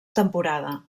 temporada